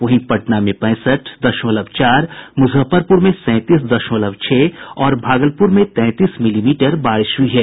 वहीं पटना में पैंसठ दशमलव चार मुजफ्फरपुर में सैंतीस दशमलव छह और भागलपुर में तैंतीस मिलीमीटर बारिश हुई है